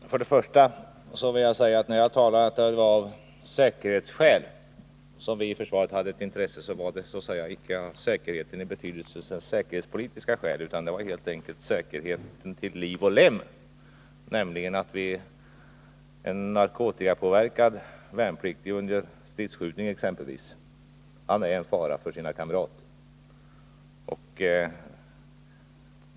Herr talman! Först vill jag säga att när jag talade om att det var av säkerhetsskäl som vi inom försvaret hade ett intresse att komma till rätta med problemen, så var det så att säga inte de säkerhetspolitiska skälen jag avsåg utan det var helt enkelt säkerheten till liv och lem. En narkotikapåverkad värnpliktig är under stridsskjutning exempelvis en fara för sina kamrater.